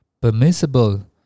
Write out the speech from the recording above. permissible